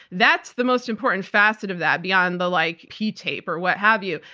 that's the most important facet of that beyond the like pee tape, or what have you.